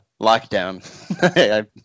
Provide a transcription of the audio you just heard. lockdown